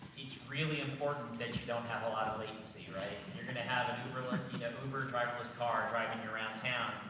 it's really important, that you don't have a lot of the latency, right? you're gonna have an uber, you know, uber driverless car driving you around town.